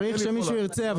צריך שמישהו ירצה,